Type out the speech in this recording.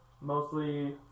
Mostly